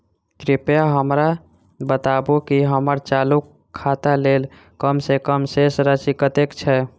कृपया हमरा बताबू की हम्मर चालू खाता लेल कम सँ कम शेष राशि कतेक छै?